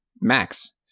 Max